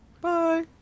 Bye